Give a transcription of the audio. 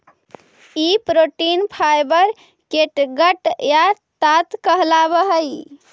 ई protein fibre catgut या ताँत कहलावऽ हई